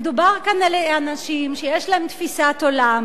מדובר כאן על אנשים שיש להם תפיסת עולם.